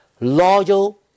loyal